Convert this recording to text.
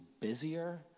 busier